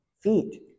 feet